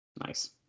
Nice